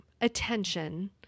attention